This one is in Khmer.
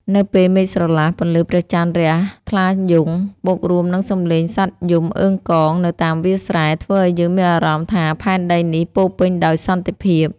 នៅពេលមេឃស្រឡះ ពន្លឺព្រះច័ន្ទរះថ្លាយង់ បូករួមនឹងសំឡេងសត្វយំអឺងកងនៅតាមវាលស្រែ ធ្វើឱ្យយើងមានអារម្មណ៍ថាផែនដីនេះពោរពេញដោយសន្តិភាព។